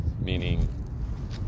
Meaning